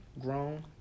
grown